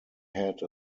had